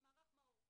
מערך מאו"ר,